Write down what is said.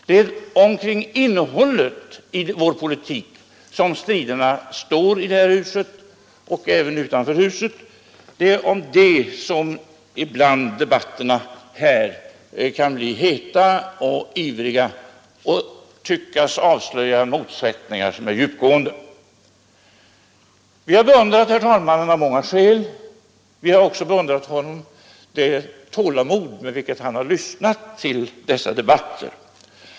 Det är omkring innehållet i vår politik som striderna står i det här huset och även utanför huset — det är om detta som debatterna ibland kan bli heta och ivriga och kan tyckas avslöja motsättningar som är djupgående. Vi har beundrat herr talmannen av många skäl, bl.a. för det tålamod med vilket han har lyssnat till debatterna.